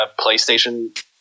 PlayStation